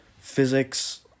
physics